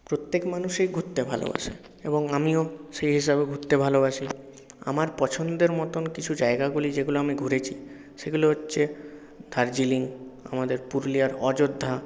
প্রত্যেক মানুষই ঘুরতে ভালোবাসে এবং আমিও সেই হিসাবে ঘুরতে ভালোবাসি আমার পছন্দের মতন কিছু জায়গাগুলি যেগুলো আমি ঘুরেছি সেগুলো হচ্ছে দার্জিলিং আমাদের পুরুলিয়ার অযোধ্যা